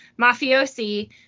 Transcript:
Mafiosi